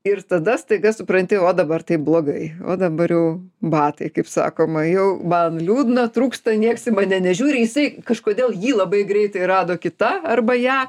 ir tada staiga supranti o dabar taip blogai o dabar jau batai kaip sakoma jau man liūdna trūksta niekas į mane nežiūri jisai kažkodėl jį labai greitai rado kita arba ją